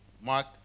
Mark